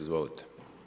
Izvolite.